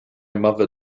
mother